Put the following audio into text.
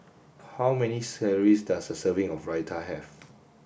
how many calories does a serving of Raita have